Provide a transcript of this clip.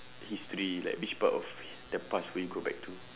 history like which part of the past will you go back to